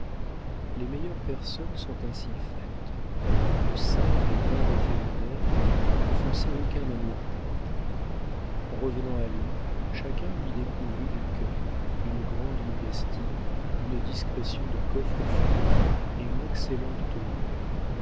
les meilleures personnes sont ainsi faites le simple et bon référendaire n'offensait aucun amour-propre en revenant à lui chacun lui découvrit du cœur une grande modestie une discrétion de coffre-fort et une excellente tenue